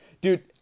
Dude